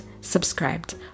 subscribed